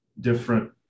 different